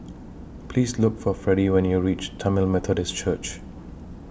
Please Look For Freddy when YOU REACH Tamil Methodist Church